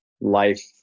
life